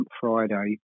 Friday